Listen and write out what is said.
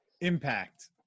impact